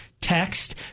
text